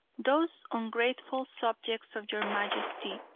those ungrateful subjects of your majesty,